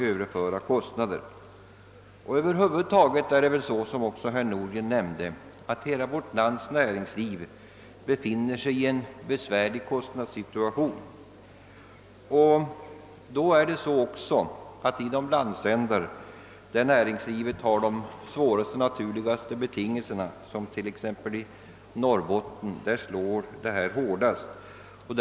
Över huvud taget är det så, som också herr Nordgren nämnde, att för hela vårt lands näringsliv är, genom den förda politiken, kostnadsläget besvärligt. I de landsändar där näringslivet har de sämsta naturliga betingelserna, t.ex. i Norrbotten, är näringslivet hårdast drabbat.